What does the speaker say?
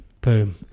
Boom